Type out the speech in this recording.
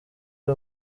ari